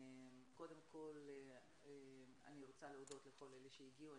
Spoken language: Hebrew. קודם כל אני רוצה להודות לכל אלה שהגיעו,